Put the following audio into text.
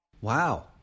Wow